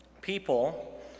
people